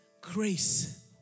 Grace